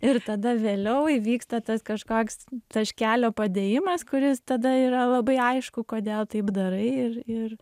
ir tada vėliau įvyksta tas kažkoks taškelio padėjimas kuris tada yra labai aišku kodėl taip darai ir ir